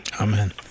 Amen